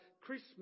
Christmas